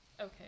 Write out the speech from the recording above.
Okay